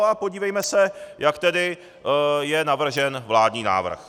A podívejme se, jak je tedy navržen vládní návrh.